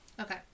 Okay